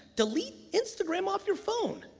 delete instagram off your phone